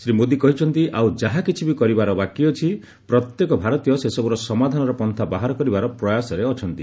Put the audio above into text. ଶ୍ରୀ ମୋଦୀ କହିଛନ୍ତି ଆହୁ ଯାହାକିଛି ବି କରିବାର ବାକିଅଛି ପ୍ରତ୍ୟେକ ଭାରତୀୟ ସେସବୂର ସମାଧାନର ପନ୍ତା ବାହାର କରିବାର ପ୍ରୟାସରେ ଅଛନ୍ତି